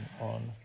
On